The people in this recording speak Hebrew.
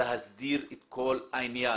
להסדיר את כל העניין.